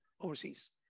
overseas